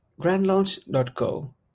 grandlaunch.co